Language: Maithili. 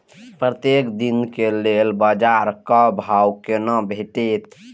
प्रत्येक दिन के लेल बाजार क भाव केना भेटैत?